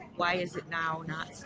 why is it now not